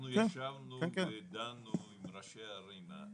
אנחנו ישבנו ודנו עם ראשי הערים.